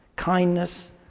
Kindness